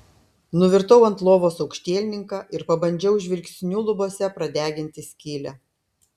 nuvirtau ant lovos aukštielninka ir pabandžiau žvilgsniu lubose pradeginti skylę